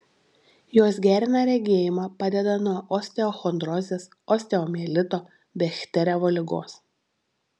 jos gerina regėjimą padeda nuo osteochondrozės osteomielito bechterevo ligos